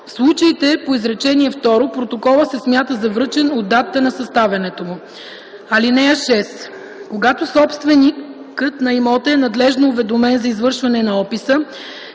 В случаите по изречение второ, протоколът се смята за връчен от датата на съставянето му. 6) Когато собственикът на имота е надлежно уведомен за извършване на описа